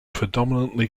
predominantly